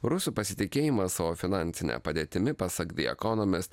rusų pasitikėjimas savo finansine padėtimi pasak the economist